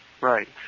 Right